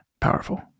Powerful